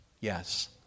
yes